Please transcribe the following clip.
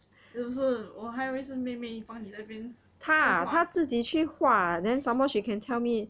是不是我还以为是妹妹帮你在那边